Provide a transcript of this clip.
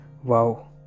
Wow